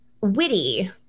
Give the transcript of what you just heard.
witty